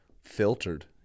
filtered